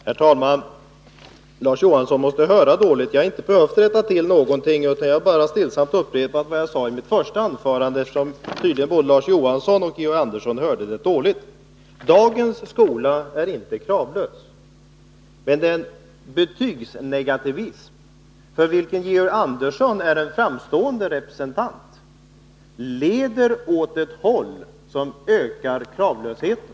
Herr talman! Larz Johansson måtte höra dåligt. Jag har inte behövt rätta till någonting, utan jag har bara stillsamt upprepat vad jag sade i mitt första anförande. Både Georg Andersson och Larz Johansson tycks inte ha lyssnat till vad jag då sade. Dagens skola är inte kravlös. Men den betygsnegativism, för vilken Georg Andersson är en framstående representant, leder åt ett håll som ökar kravlösheten.